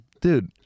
Dude